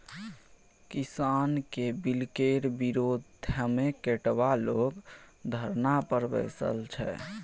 किसानक बिलकेर विरोधमे कैकटा लोग धरना पर बैसल छै